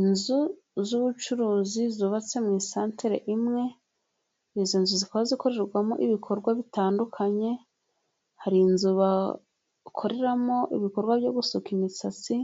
Inzu z'ubucuruzi zubatse mu santere imwe, izi nzu zikaba zikorerwamo ibikorwa bitandukanye, hari inzu bakoreramo ibikorwa byo gusuka imisatsi,